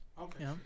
okay